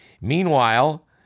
Meanwhile